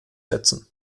setzen